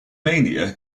mania